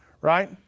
right